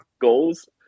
goals